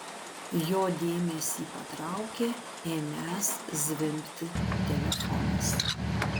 jo dėmesį patraukė ėmęs zvimbti telefonas